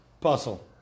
Puzzle